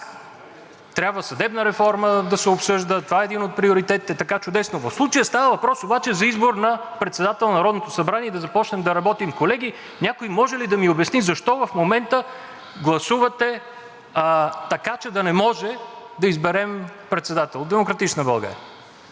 трябва съдебната реформа да се обсъжда. Това е един от приоритетите, чудесно, но в случая става въпрос обаче за избор на председател на Народното събрание и да започнем да работим. Колеги, някой може ли да ми обясни защо в момента гласувате така, че да не можем да изберем председател? От „Демократична България“